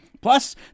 Plus